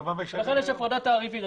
לכן יש הפרדה תעריפית.